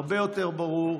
הרבה יותר ברור.